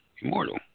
Immortal